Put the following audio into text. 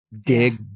dig